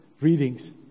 readings